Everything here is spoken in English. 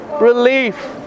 relief